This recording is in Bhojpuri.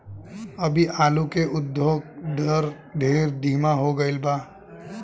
अभी आलू के उद्भव दर ढेर धीमा हो गईल बा